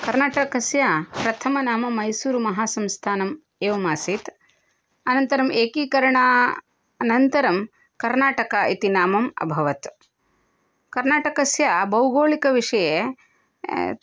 कर्णाटकस्य प्रथमनाम मैसूर् महासंस्थानम् एवम् आसीत् अनन्तरम् एकीकरणा अनन्तरं कर्णाटक इति नाम अभवत् करणाटकस्य भौगोलिकविषये